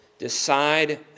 decide